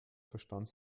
verstand